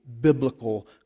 biblical